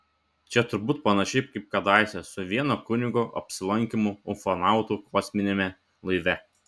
čia turbūt panašiai kaip kadaise su vieno kunigo apsilankymu ufonautų kosminiame laive